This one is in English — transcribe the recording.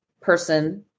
person